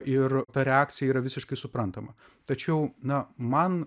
ir ta reakcija yra visiškai suprantama tačiau na man